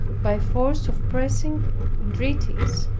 by force of pressing entreaties,